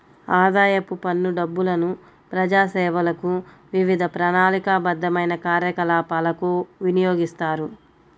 ఆదాయపు పన్ను డబ్బులను ప్రజాసేవలకు, వివిధ ప్రణాళికాబద్ధమైన కార్యకలాపాలకు వినియోగిస్తారు